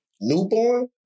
newborn